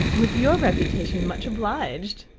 with your reputation? much obliged!